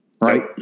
Right